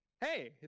Hey